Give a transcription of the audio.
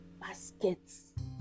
baskets